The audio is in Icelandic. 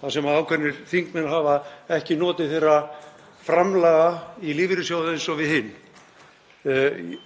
þar sem ákveðnir þingmenn hafa ekki notið framlaga í lífeyrissjóði eins og við hin.